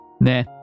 nah